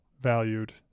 valued